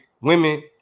women